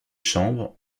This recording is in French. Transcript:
chambres